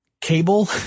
cable